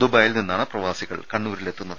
ദുബായിൽ നിന്നാണ് പ്രവാസികൾ കണ്ണൂരിലെത്തുന്നത്